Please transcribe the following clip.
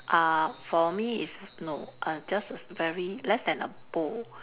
uh for me is no err just a very less than a bowl